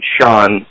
Sean